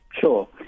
Sure